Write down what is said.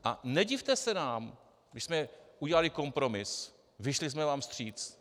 A nedivte se nám, když jsme udělali kompromis, vyšli jsme vám vstříc.